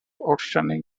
outstanding